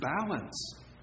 balance